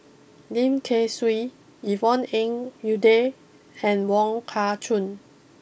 Lim Kay Siu Yvonne Ng Uhde and Wong Kah Chun